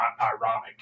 ironic